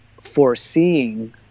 foreseeing